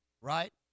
right